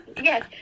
yes